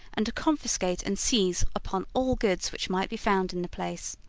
and to confiscate and seize upon all goods which might be found in the place.